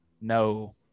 No